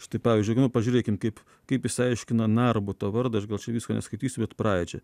štai pavyzdžiui pažiūrėkim kaip kaip jis aiškina narbuto vardą aš gal čia visko neskaitysiu bet pradžią